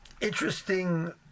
interesting